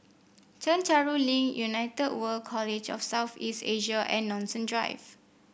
Chencharu Link United World College of South East Asia and Nanson Drive